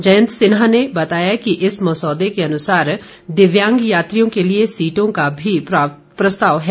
जयंत सिन्हा ने बताया कि इस मसौदे के अनुसार दिव्यांग यात्रियों के लिये सीटों का भी प्रस्ताव है